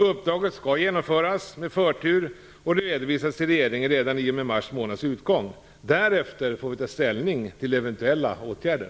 Uppdraget skall genomföras med förtur och redovisas till regeringen redan i och med mars månads utgång. Därefter får vi ta ställning till eventuella åtgärder.